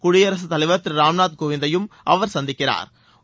குடியரசுத்தலைவா் திரு ராம்நாத் கோவிந்தையும் அவா் சந்திக்கிறாா்